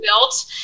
built